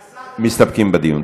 השר, מסתפקים בדיון.